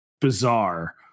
bizarre